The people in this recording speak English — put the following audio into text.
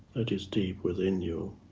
that is deep within you,